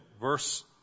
Verse